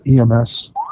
EMS